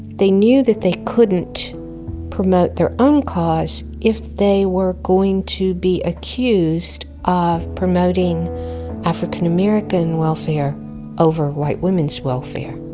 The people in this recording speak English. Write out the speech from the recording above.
they knew that they couldn't promote their own cause if they were going to be accused of promoting african american welfare over white women's welfare.